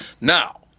Now